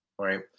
right